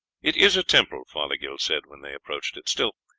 it is a temple, fothergill said when they approached it. still,